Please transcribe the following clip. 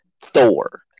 Thor